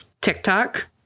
TikTok